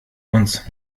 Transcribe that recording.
uns